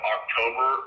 October